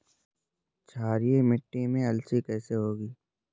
क्षारीय मिट्टी में अलसी कैसे होगी?